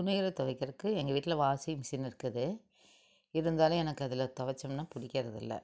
துணிகளை துவைக்கிறக்கு எங்கள் வீட்டில வாஷிங் மிஷின் இருக்குது இருந்தாலும் எனக்கு அதில் துவைச்சம்னா பிடிக்கறதில்ல